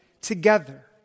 together